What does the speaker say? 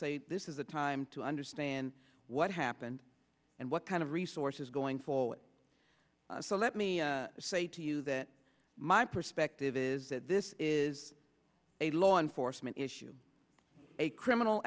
say this is a time to understand what happened and what kind of resources going forward so let me say to you that my perspective is that this is a law enforcement issue a criminal